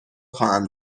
خواهم